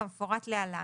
כמפורט להלן: